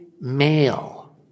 male